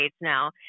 now